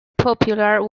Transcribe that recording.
popular